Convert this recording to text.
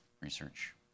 research